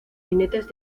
jinetes